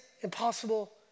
impossible